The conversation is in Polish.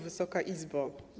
Wysoka Izbo!